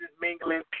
mingling